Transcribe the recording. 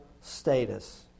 status